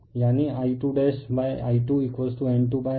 तो N2I2 I2N1